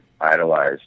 idolized